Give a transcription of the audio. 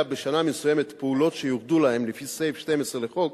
בשנה מסוימת פעולות שיוחדו להם לפי סעיף 12 לחוק,